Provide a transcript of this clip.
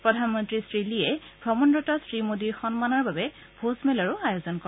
প্ৰধানমন্ত্ৰী শ্ৰীলীয়ে ভ্ৰমণৰত শ্ৰীমোদীৰ সন্মানৰ বাবে ভোজমেলৰো আয়োজন কৰে